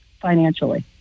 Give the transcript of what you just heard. financially